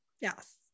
Yes